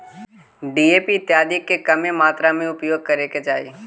DAP इत्यादि के कमे मात्रा में ही उपयोग करे के चाहि